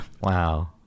Wow